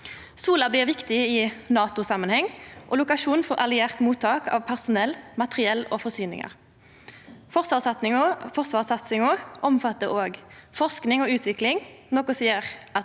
Sola blir viktig i NATO-samanheng og er lokasjon for alliert mottak av personell, materiell og forsyningar. Forsvarssatsinga omfattar òg forsking og utvikling,